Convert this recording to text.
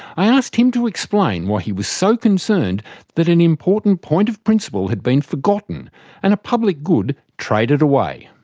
i asked him to explain why he was so concerned that an important point of principle had been forgotten and a public good traded away.